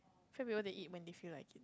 fat people they eat when they feel like it